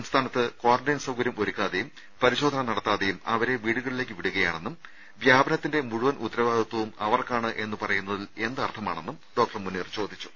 സംസ്ഥാനത്ത് ക്വാറന്റൈൻ സൌകര്യം ഒരുക്കാതെയും പരിശോധന നടത്താതെയും അവരെ വീട്ടിലേക്ക് വിടുകയാണെന്നും വ്യാപനത്തിന്റെ മുഴുവൻ ഉത്തരവാദിത്വം അവർക്കാണ് എന്ന് പറയുന്നതിൽ എന്ത് അർത്ഥമാണെന്നും മുനീർ ചോദിച്ചു